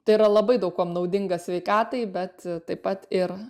tai yra labai daug kuom naudinga sveikatai bet taip pat ir